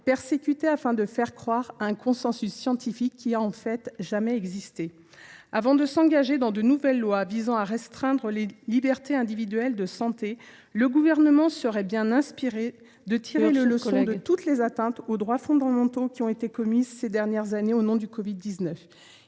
persécutés afin de faire croire à un « consensus scientifique » qui n’a jamais existé. Avant de s’engager dans de nouvelles lois visant à restreindre nos choix individuels de santé, le Gouvernement serait bien inspiré de tirer les leçons de toutes les atteintes aux droits fondamentaux qui ont été commises ces dernières années au nom du covid 19.